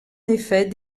effet